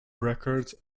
records